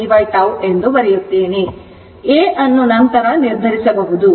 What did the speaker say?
a ಅನ್ನು ನಂತರ ನಿರ್ಧರಿಸಬಹುದು